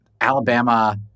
Alabama